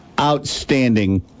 Outstanding